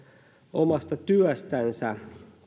omasta työstänsä kun